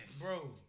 Bro